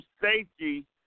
safety